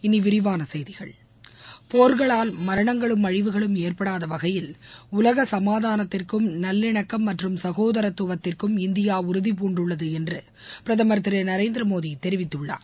இனி விரிவான செய்திகள் போர்களால் மரணங்களும் அழிவுகளும் ஏற்படாத வகையில் உலக சமாதானத்திற்கும் நல்லிணக்கம் மற்றும் சகோதரத்துவத்திற்கும் இந்தியா உறுதி பூண்டுள்ளது என்று பிரதம் திரு நரேந்திரமோடி தெரிவித்துள்ளார்